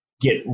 get